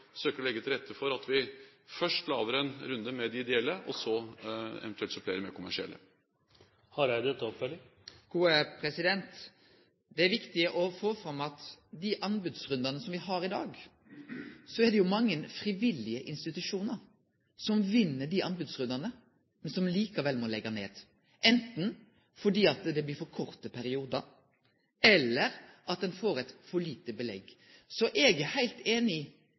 søker å legge til rette for at vi først lager en runde med de ideelle og så eventuelt supplerer med kommersielle. Det er viktig å få fram at når det gjeld dei anbodsrundane som me har i dag, er det mange frivillige institusjonar som vinn dei anbodsrundane, men som likevel må leggje ned, anten fordi det blir for korte periodar eller ein får for lite belegg. Så eg er heilt einig i